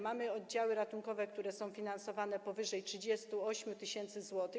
Mamy oddziały ratunkowe, które są finansowane powyżej 38 tys. zł.